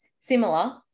similar